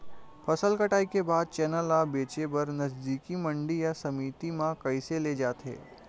फसल कटाई के बाद चना ला बेचे बर नजदीकी मंडी या समिति मा कइसे ले जाथे?